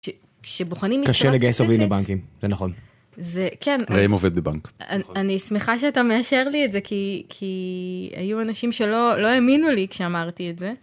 כשבוחנים משרה ספציפית. קשה לגייס עובדים לבנקים זה נכון. זה כן. ראם עובד בבנק. אני שמחה שאתה מאשר לי את זה כי היו אנשים שלא לא האמינו לי כשאמרתי את זה.